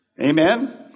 Amen